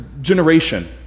generation